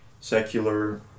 secular